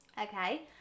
Okay